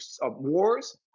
wars